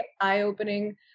eye-opening